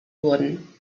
wurden